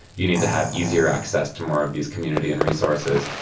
you need to have easier access to more of these community and resources.